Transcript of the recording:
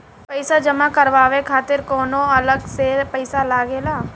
पईसा जमा करवाये खातिर कौनो अलग से पईसा लगेला?